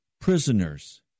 prisoners